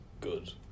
good